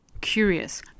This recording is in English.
curious